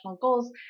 goals